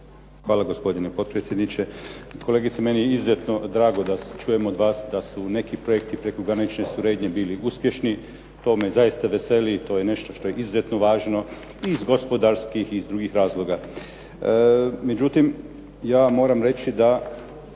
Hvala, gospodine potpredsjedniče. Kolegice, meni je izuzetno drago da čujem od vas da su neki projekti prekogranične suradnje bili uspješni. To me zaista veseli i to je nešto što je izuzetno važno i iz gospodarskih i iz drugih razloga. Međutim, ja moram reći da